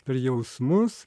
per jausmus